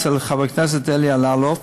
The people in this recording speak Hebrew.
אצל חבר הכנסת אלי אלאלוף,